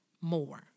more